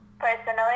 personally